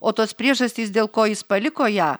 o tos priežastys dėl ko jis paliko ją